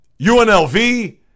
UNLV